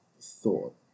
thought